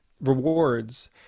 rewards